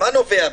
מה נובע מזה?